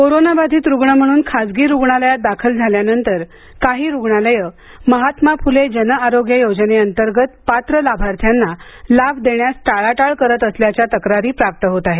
कोरोनाबाधित रुग्ण म्हणून खासगी रुग्णालयात दाखल झाल्यानंतर काही रुग्णालये महात्मा फुले जन आरोग्य योजनेंतर्गत पात्र लाभार्थ्यांना लाभ देण्यास टाळाटाळ करीत असल्याच्या तक्रारी प्राप्त होत आहे